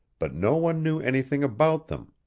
but no one knew anything about them.